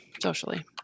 Socially